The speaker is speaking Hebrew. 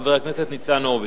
חבר הכנסת ניצן הורוביץ.